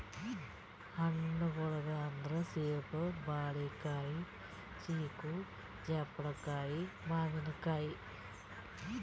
ಹಣ್ಣ್ಗೊಳ್ ಅಂದ್ರ ಸೇಬ್, ಬಾಳಿಕಾಯಿ, ಚಿಕ್ಕು, ಜಾಪಳ್ಕಾಯಿ, ಮಾವಿನಕಾಯಿ